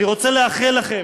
אני רוצה לאחל לכם,